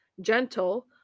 gentle